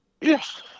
Yes